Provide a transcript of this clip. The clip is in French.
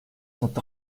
sont